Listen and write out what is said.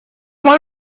mal